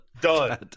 Done